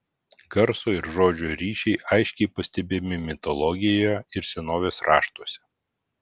garso ir žodžio ryšiai aiškiai pastebimi mitologijoje ir senovės raštuose